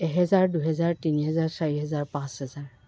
এহেজাৰ দুহেজাৰ তিনিহেজাৰ চাৰি হেজাৰ পাঁচ হেজাৰ